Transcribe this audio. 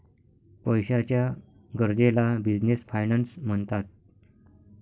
पैशाच्या गरजेला business finance म्हणतात